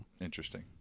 Interesting